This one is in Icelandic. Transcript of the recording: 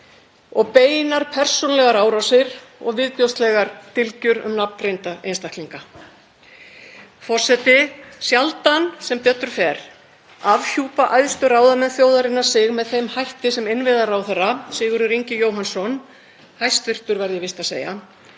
og beinar persónulegar árásir og viðbjóðslegar dylgjur um nafngreinda einstaklinga. Forseti. Sjaldan, sem betur fer, afhjúpa æðstu ráðamenn þjóðarinnar sig með þeim hætti sem innviðaráðherra, Sigurður Ingi Jóhannsson, hæstv. verð ég víst að segja,